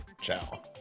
Ciao